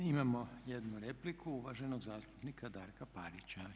Imamo jednu repliku uvaženog zastupnika Darka Parića.